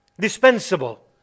dispensable